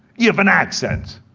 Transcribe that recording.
you have an accent,